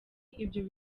ibyo